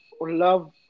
love